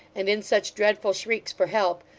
and in such dreadful shrieks for help,